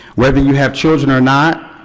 whether you have children or not,